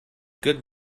good